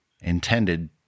intended